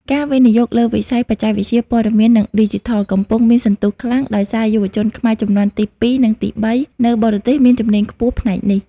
ការវិនិយោគលើវិស័យបច្ចេកវិទ្យាព័ត៌មាន និងឌីជីថល កំពុងមានសន្ទុះខ្លាំង ដោយសារយុវជនខ្មែរជំនាន់ទី ២ និងទី ៣ នៅបរទេសមានជំនាញខ្ពស់ផ្នែកនេះ។